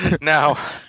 Now